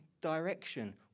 direction